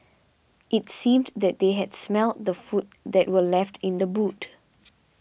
it seemed that they had smelt the food that were left in the boot